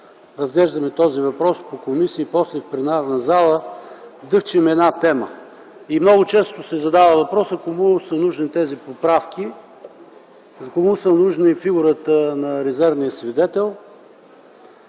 разглеждаме този въпрос по комисии, после – в пленарната зала, дъвчем една тема. Много често се задава въпросът: кому са нужни тези поправки, кому е нужна фигурата на резервния свидетел?